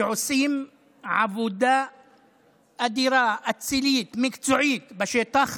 שעושים עבודה אדירה, אצילית, מקצועית, בשטח,